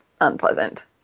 unpleasant